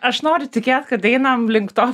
aš noriu tikėt kad einame link to